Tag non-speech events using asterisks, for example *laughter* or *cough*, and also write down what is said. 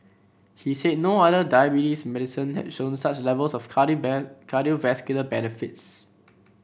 he said no other diabetes medicine had shown such levels of *unintelligible* cardiovascular benefits